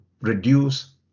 reduce